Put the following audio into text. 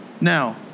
Now